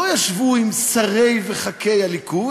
לא ישבו עם שרי וח"כי הליכוד,